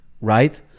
right